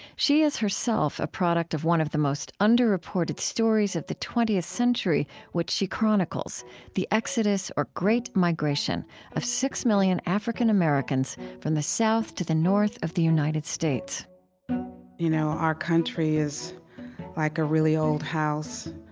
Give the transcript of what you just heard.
she is herself a product of one of the most under-reported stories of the twentieth century which she chronicles the exodus or great migration of six million african americans from the south to the north of the united states you know our country is like a really old house.